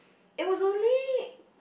it was only